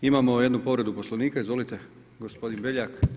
Imamo jednu povredu Poslovnika, izvolite, gospodin Beljak.